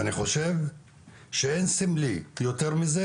אני חושב שאין סמלי יותר מזה,